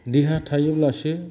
देहा थायोब्लासो